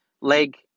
leg